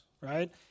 right